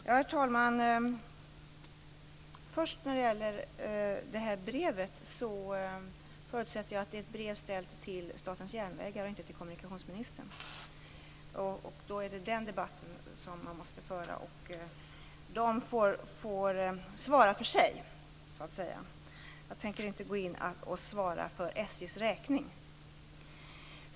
Herr talman! Först när det gäller det där brevet förutsätter jag att det är ställt till SJ och inte till kommunikationsministern. Det är där som den debatten måste föras. SJ får svara för sig. Jag tänker inte gå in och svara för SJ:s räkning.